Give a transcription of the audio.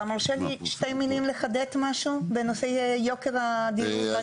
אתה מרשה לי שתי מילים לחדד משהו בנושא יוקר הדיור?